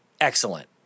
excellent